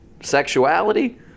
Sexuality